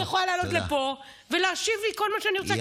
היא יכולה לעלות לפה ולהשיב לי על כל מה שהיא רוצה,